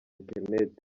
internet